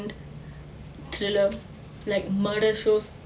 thriller like murder shows